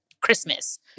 Christmas